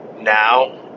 now